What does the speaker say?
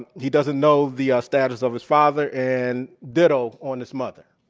he doesn't know the ah status of his father. and ditto on his mother.